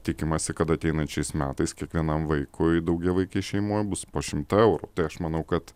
tikimasi kad ateinančiais metais kiekvienam vaikui daugiavaikėj šeimoj bus po šimtą eurų tai aš manau kad